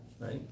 right